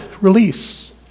release